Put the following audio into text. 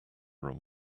room